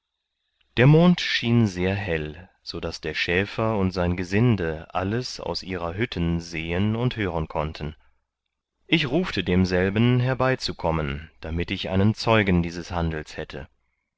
der mond schien sehr hell so daß der schäfer und sein gesinde alles aus ihrer hütten sehen und hören konnten ich rufte demselben herbeizukommen damit ich einen zeugen dieses handels hätte